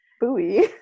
buoy